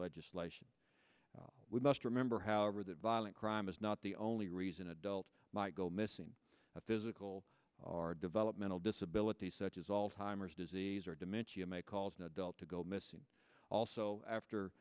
legislation we must remember however that violent crime is not the only reason adult might go missing a physical developmental disability such as alzheimers disease or dementia may cause an adult to go missing also after